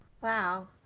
Wow